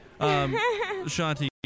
Shanti